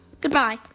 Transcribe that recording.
goodbye